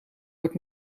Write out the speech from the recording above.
wordt